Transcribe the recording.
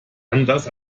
anders